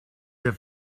der